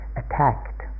attacked